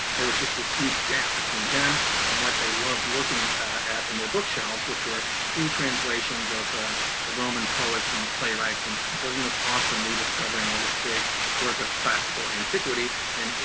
there was just this huge gap between them and what they loved looking at in their bookshelves, which were whole translations of the roman poets and the playwrights and it wasn't this awesome rediscovering, all this great work of classical antiquity and you